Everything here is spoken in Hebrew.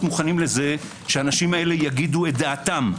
מוכנים לזה שהאנשים האלה יגידו את דעתם.